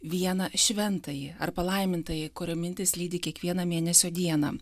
vieną šventąjį ar palaimintąjį kurio mintys lydi kiekvieną mėnesio dieną